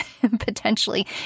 potentially